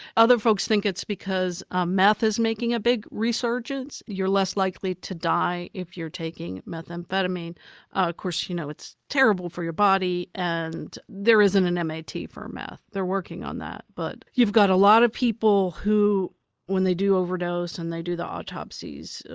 other folks think it's because ah meth is making a big resurgence. you're less likely to die if you're taking methamphetamine. of course you know it's terrible for your body and there isn't an um mat for meth. they're working on that, but you've got a lot of people who when they do overdose and they do the autopsies,